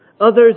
Others